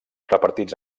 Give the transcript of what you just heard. repartits